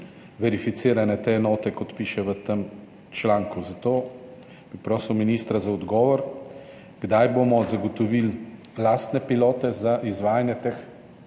verificirane enote? To piše v tem članku. Zato bi prosil ministra za odgovor na vprašanje: Kdaj bomo zagotovili lastne pilote za izvajanje